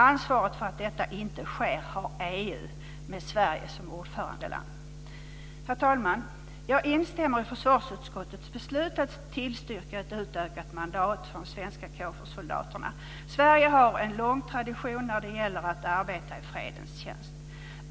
Ansvaret för att detta inte sker har EU, med Sverige som ordförandeland. Herr talman! Jag instämmer i försvarsutskottets beslut att tillstyrka ett utökat mandat för de svenska KFOR-soldaterna. Sverige har en lång tradition när det gäller att arbeta i fredens tjänst.